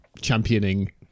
championing